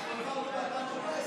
הוא עבר ב-2014.